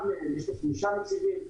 אחד מהם יש לו שלושה נציבים,